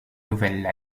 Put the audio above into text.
nouvelle